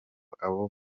abo